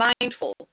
mindful